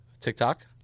TikTok